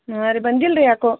ಹಾಂ ರೀ ಬಂದಿಲ್ಲ ರೀ ಯಾಕೊ